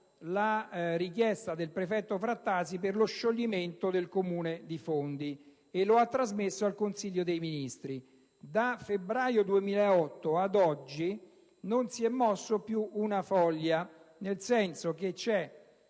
la richiesta del prefetto Frattasi per lo scioglimento del Consiglio comunale e l'ha trasmessa al Consiglio dei ministri. Da febbraio 2008 ad oggi non si è mossa più una foglia. Mi dicono che